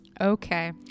Okay